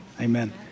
Amen